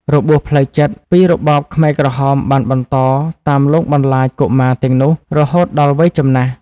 របួសផ្លូវចិត្ត ពីរបបខ្មែរក្រហមបានបន្តតាមលងបន្លាចកុមារទាំងនោះរហូតដល់វ័យចំណាស់។